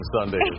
Sunday